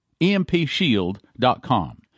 EMPSHIELD.com